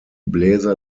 bläser